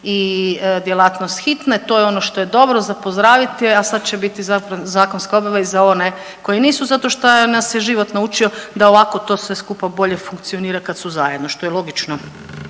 i djelatnost hitne. To je ono što je dobro za pozdraviti je, a sad će biti zakonska obaveza one koji nisu zato što nas je život naučio da ovako to sve skupa bolje funkcionira kad su zajedno, što je logično.